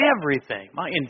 everything—my